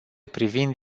privind